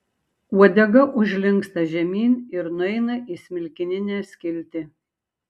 uodega užlinksta žemyn ir nueina į smilkininę skiltį